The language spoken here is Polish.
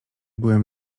byłem